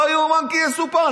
לא יאומן כי יסופר.